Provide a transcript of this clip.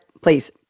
please